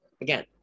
again